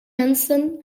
mensen